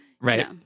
Right